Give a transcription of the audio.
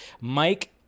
Mike